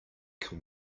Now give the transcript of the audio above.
can